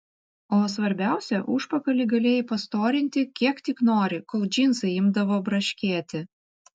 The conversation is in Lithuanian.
o svarbiausia užpakalį galėjai pastorinti kiek tik nori kol džinsai imdavo braškėti